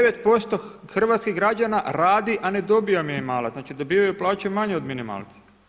9% hrvatskih građana radi a ne dobiva minimalac, znači dobivaju plaću manju od minimalca.